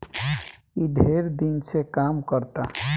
ई ढेर दिन से काम करता